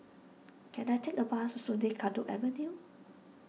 can I take a bus Sungei Kadut Avenue